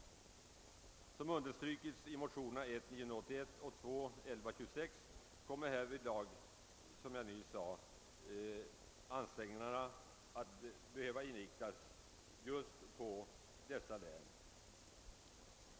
Såsom understrykes i motionerna I:981 och II: 1126 kommer ansträngningarna härvidlag att behöva inriktas på just dessa län.